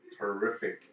terrific